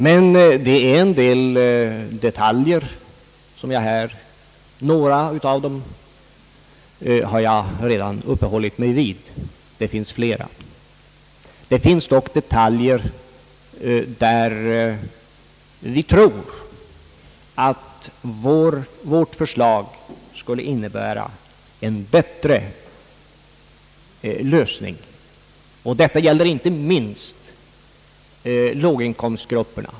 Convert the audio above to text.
Men det finns en del detaljer där vi skiljer oss. Jag har redan uppehållit mig vid några av dem. Det finns flera. I vissa detaljer är vi helt övertygade att vårt förslag skulle innebära en bättre lösning. Detta gäller inte minst låginkomstgrupperna.